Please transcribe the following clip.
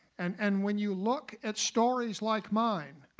and and when you look at stories like mine,